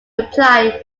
reply